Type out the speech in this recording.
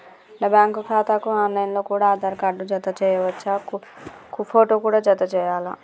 నా బ్యాంకు ఖాతాకు online లో కూడా ఆధార్ కార్డు జత చేయవచ్చా ఫోటో కూడా జత చేయాలా?